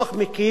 אדוני השר.